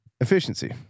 efficiency